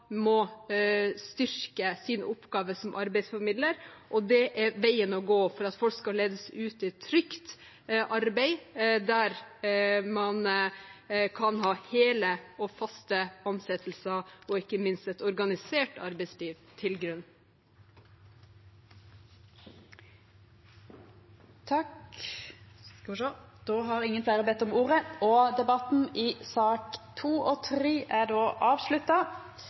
må styrke sin oppgave som arbeidsformidler, og det er veien å gå for at folk skal ledes ut i trygt arbeid, der man kan ha hele og faste ansettelser og ikke minst et organisert arbeidsliv til grunn. Fleire har ikkje bedt om ordet til sakene nr. 2 og 3. Jeg tror vi har et felles mål, nemlig en best mulig jernbane som er